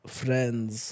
friends